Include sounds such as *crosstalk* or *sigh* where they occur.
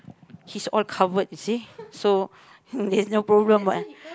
he's all covered you see so *noise* there's no problem what